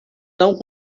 não